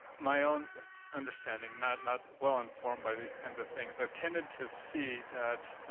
my own understanding not not well informed by these kinds of things. i've tended to see that